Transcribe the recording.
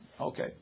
Okay